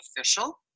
Official